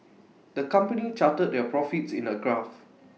the company charted their profits in A graph